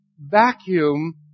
vacuum